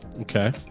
Okay